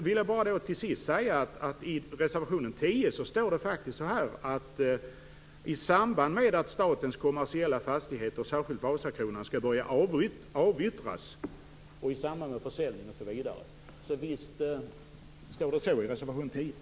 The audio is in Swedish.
Till sist: I reservation nr 10 står det faktiskt: "Dessutom bör FIB kunna fylla en viktig funktion på marknaden i samband med att statens kommersiella fastigheter, särskilt Vasakronan, skall börja avyttras samt i samband med försäljning av andelar i kommunala bostadsföretag." Visst står det så i reservation nr 10.